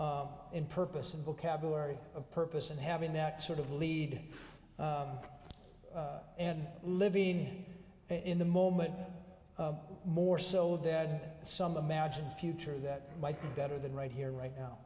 in purpose and vocabulary a purpose and having that sort of lead and living in the moment more so that some a magic future that might be better than right here right now